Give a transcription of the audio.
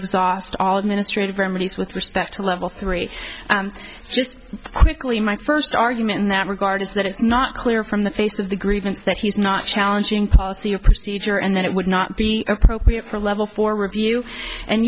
exhaust all administrative remedies with respect to level three just quickly my first argument in that regard is that it's not clear from the face of the grievance that he's not challenging policy of procedure and then it would not be appropriate for a level four review and